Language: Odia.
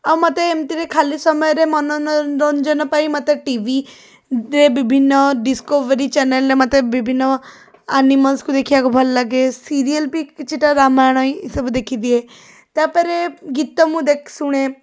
ଆଉ ମୋତେ ଏମତିରେ ଖାଲି ସମୟରେ ମନୋରଞ୍ଜନ ପାଇଁ ମୋତେ ଟି ଭି ସେଥିରେ ବିଭିନ୍ନ ଡିସ୍କଭରି ଚ୍ୟାନେଲରେ ମୋତେ ବିଭିନ୍ନ ଆନିମଲ୍ସକୁ ଦେଖିବାକୁ ଭଲଲାଗେ ସିରିଏଲ ବି କିଛିଟା ରାମାୟଣ ଏସବୁ ଦେଖିଦିଏ ତାପରେ ଗୀତ ମୁଁ ଶୁଣେ